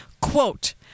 Quote